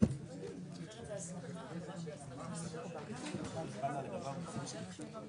לצורך השגחה על הילד שלך,